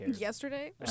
Yesterday